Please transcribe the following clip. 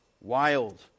wild